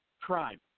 crime